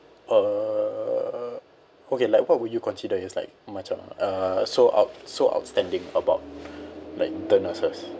uh okay like what would you consider is like macam uh so out so outstanding about like the nurses